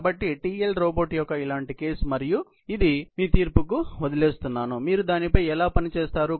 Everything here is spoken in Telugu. కాబట్టి టిఎల్ రోబోట్ యొక్క ఇలాంటి కేసు మరియు ఇది మీ తీర్పుకు నేను వదిలివేస్తున్నాను మీరు దానిపై ఎలా పని చేస్తారు